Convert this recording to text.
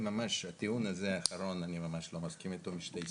אני ממש לא מסכים עם הטיעון האחרון משתי סיבות.